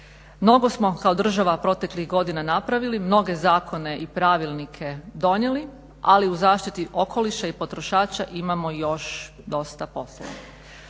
Mnogo smo kao država proteklih godina napravili, mnoge zakone i pravilnike donijeli ali u zaštiti okoliša i potrošača imamo još dosta posla.